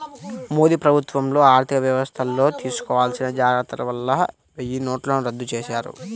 మోదీ ప్రభుత్వంలో ఆర్ధికవ్యవస్థల్లో తీసుకోవాల్సిన జాగర్తల వల్ల వెయ్యినోట్లను రద్దు చేశారు